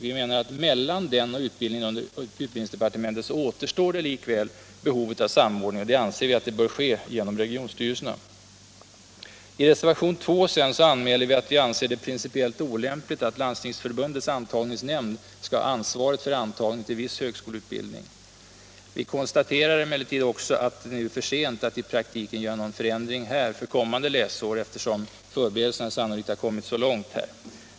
Vi menar att mellan denna och utbildning under utbildningsdepartemen forskning inom tet återstår likväl behovet av samordning, och den anser vi bör ske genom regionstyrelserna. I reservationen 2 anmäler vi sedan att vi anser det principiellt olämpligt att Landstingsförbundets antagningsnämnd skall ha ansvaret för antagning till viss högskoleutbildning. Vi konstaterar emellertid också att det nu är för sent att i praktiken göra någon förändring för kommande läsår, eftersom förberedelserna sannolikt kommit så långt här.